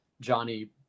Johnny